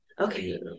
okay